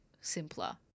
simpler